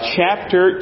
chapter